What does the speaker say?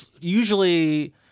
usually